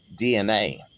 DNA